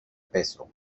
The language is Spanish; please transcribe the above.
peso